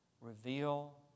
Reveal